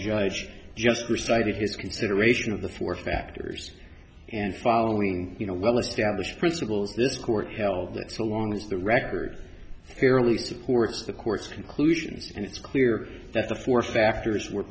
judge just restarted his consideration of the four factors and following you know well established principles this court held that so long as the record fairly supports the court's conclusions and it's clear that the four factors were